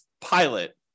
pilot